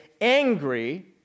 angry